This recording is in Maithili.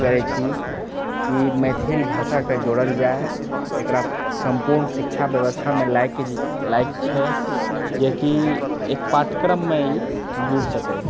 करैछी कि मैथिल भाषाके जोड़ल एकरा सम्पूर्ण शिक्षा व्यवस्थामे लएके जे लायक छै जेकि एक पाठ्यक्रममे ई जुड़ि सकए